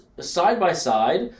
side-by-side